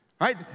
right